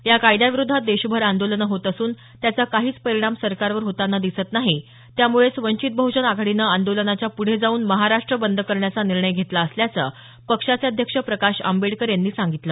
या कायद्याविरोधात देशभर आंदोलन होत असून त्याचा काहीच परिणाम सरकारवर होताना दिसत नाही त्यामुळेच वंचित बह्जन आघाडीनं आंदोलनाच्या पुढे जाऊन महाराष्ट्र बंद करण्याचा निर्णय घेतला असल्याचं पक्षाचे अध्यक्ष प्रकाश आंबेडकर यांनी सांगितलं